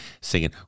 singing